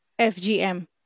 FGM